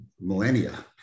millennia